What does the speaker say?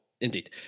Indeed